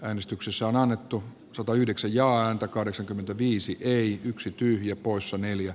äänestyksessä on annettu satayhdeksän ja antoi kahdeksankymmentäviisi ei yksi tyhjä poissa neljä